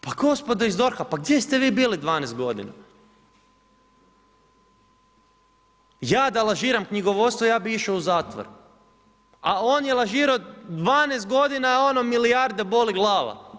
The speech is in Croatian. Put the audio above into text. Pa gospodo iz DORH-a, pa gdje ste vi bili 12 godina? ja da lažiram knjigovodstvo, ja bih išao u zatvor, a on je lažirao 12 godina ono milijarde, boli glava.